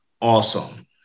Awesome